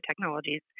technologies